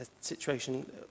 situation